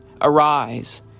Arise